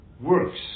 works